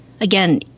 again